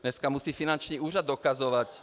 Dneska musí finanční úřad dokazovat